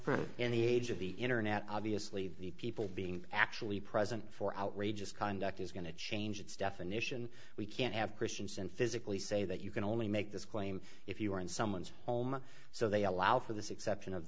for any age of the internet obviously the people being actually present for outrageous conduct is going to change its definition we can't have christians and physically say that you can only make this claim if you are in someone's home so they allow for this exception of